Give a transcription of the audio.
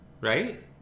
right